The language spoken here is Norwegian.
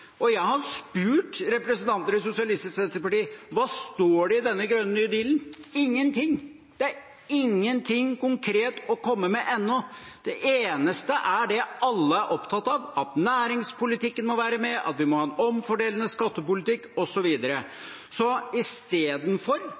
Jeg har spurt representanter fra Sosialistisk Venstreparti: Hva står det i denne grønne nye dealen? Ingenting – det er ingenting konkret å komme med ennå. Det eneste er det alle er opptatt av – at næringspolitikken må være med, at vi må ha en omfordelende skattepolitikk, osv. Istedenfor